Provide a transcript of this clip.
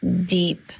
deep